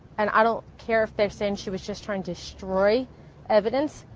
and i don't care if they're saying she was just trying to destroy evidence.